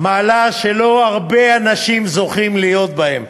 מעלה שלא הרבה אנשים זוכים להיות בה.